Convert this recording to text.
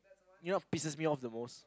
you know pisses me off the most